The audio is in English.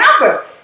number